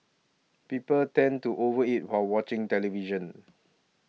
people tend to over eat while watching television